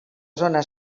zona